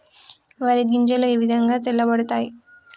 వరి గింజలు ఏ విధంగా తెల్ల పడతాయి?